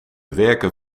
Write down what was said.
werken